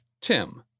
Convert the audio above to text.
Tim